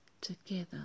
together